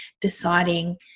deciding